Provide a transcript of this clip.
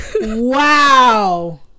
Wow